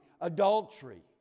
adultery